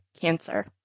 cancer